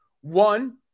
One